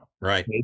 Right